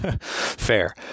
Fair